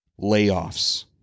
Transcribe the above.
Layoffs